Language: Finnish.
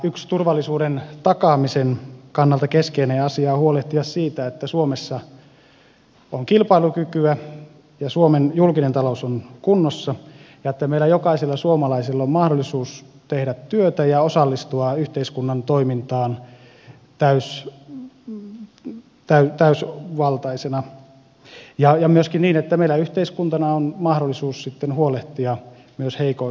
yksi turvallisuuden takaamisen kannalta keskeinen asia on huolehtia siitä että suomessa on kilpailukykyä ja suomen julkinen talous on kunnossa ja että meillä jokaisella suomalaisella on mahdollisuus tehdä työtä ja osallistua yhteiskunnan toimintaan täysivaltaisena ja myöskin että meillä yhteiskuntana on mahdollisuus sitten huolehtia myös heikoimmista